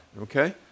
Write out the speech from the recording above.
okay